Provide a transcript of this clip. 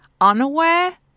unaware